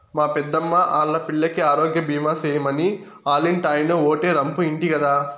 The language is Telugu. మా పెద్దమ్మా ఆల్లా పిల్లికి ఆరోగ్యబీమా సేయమని ఆల్లింటాయినో ఓటే రంపు ఇంటి గదా